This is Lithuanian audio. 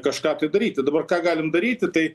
kažką daryti dabar ką galim daryti tai